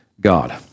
God